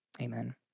Amen